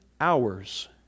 hours